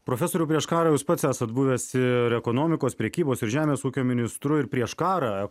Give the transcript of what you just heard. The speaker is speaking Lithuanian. profesoriau prieš karą jūs pats esat buvęs ir ekonomikos prekybos ir žemės ūkio ministru ir prieš karą